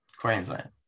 Queensland